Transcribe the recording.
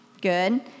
Good